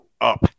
up